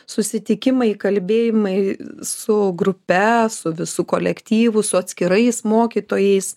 susitikimai kalbėjimai su grupe su visu kolektyvu su atskirais mokytojais